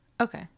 Okay